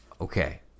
okay